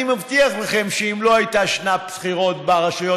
אני מבטיח לכם שאם לא הייתה שנת בחירות ברשויות